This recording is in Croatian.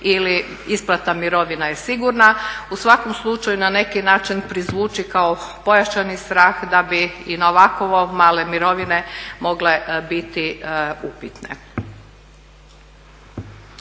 ili isplata mirovina je sigurna. U svakom slučaju na neki način prizvuči kao pojačani strah da bi i na ovako male mirovine mogle biti upitne.